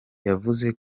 yavuze